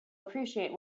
appreciate